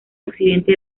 occidente